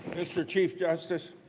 mr. chief justice,